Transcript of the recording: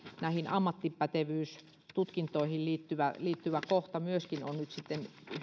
näihin ammattipätevyystutkintoihin liittyvä liittyvä kohta on myöskin nyt sitten